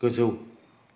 गोजौ